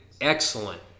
excellent